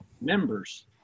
members